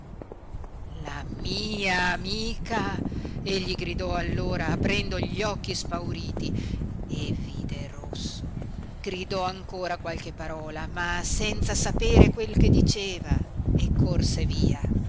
la mia amica egli gridò allora aprendo gli occhi spauriti e vide rosso gridò ancora qualche parola ma senza sapere quel che diceva e corse via